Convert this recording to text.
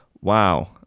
wow